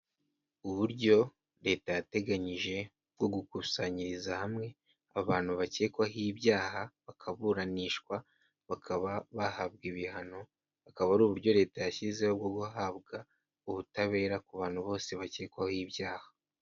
Uburyo leta yateganyije bwo gukusanyiriza hamwe abantu bakekwaho ibyaha bakaburanishwa, bakaba bahabwa ibihano, bukaba ari uburyo leta yashyizeho bwo guhabwa ubutabera ku bantu bose bakekwaho ibyaha.